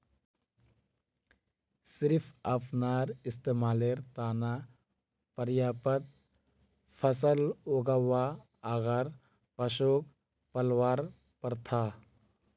सिर्फ अपनार इस्तमालेर त न पर्याप्त फसल उगव्वा आर पशुक पलवार प्रथा